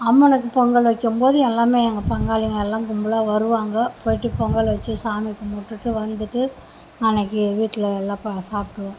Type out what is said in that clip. அம்மனுக்கு பொங்கல் வைக்கும்போது எல்லாமே எங்கள் பங்காளிங்க எல்லாம் கும்பலாக வருவாங்க போயிட்டு பொங்கல் வச்சு சாமி கும்பிட்டுட்டு வந்துட்டு அன்னிக்கி வீட்டில் எல்லா பா சாப்பிட்ருவோம்